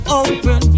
open